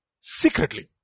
Secretly